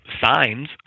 signs